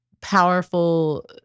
powerful